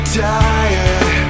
tired